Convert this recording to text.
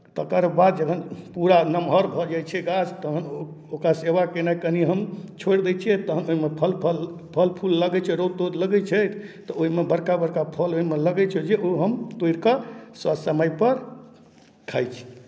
तकर बाद जहन पूरा नम्हर भऽ जाइ छै गाछ तहन ओकर सेवा कयनाइ कनि हम छोड़ि दै छियै तहन ओहिमे फल फल फूल लगै छै रौद तौद लगै छै तऽ ओहिमे बड़का बड़का फल ओहिमे लगै छै जे ओ हम तोड़ि कऽ ससमयपर खाइ छी